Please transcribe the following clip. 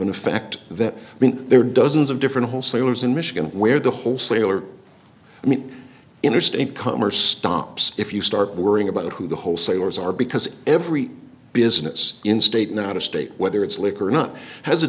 fact that i mean there are dozens of different wholesalers in michigan where the wholesaler i mean interstate commerce stops if you start worrying about who the wholesalers are because every business in state not a state whether it's liquor or not has a